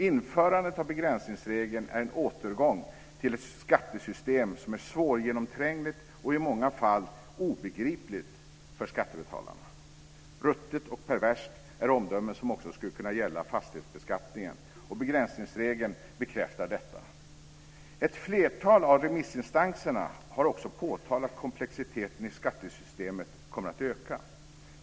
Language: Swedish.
Införandet av begränsningsregeln är en återgång till ett skattesystem som är svårgenomträngligt och i många fall obegripligt för skattebetalarna. "Ruttet" och "perverst" är omdömen som också skulle kunna gälla fastighetsbeskattningen, och begränsningsregeln bekräftar detta. Ett flertal av remissinstanserna har påtalat att komplexiteten i skattesystemet kommer att öka.